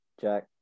Jack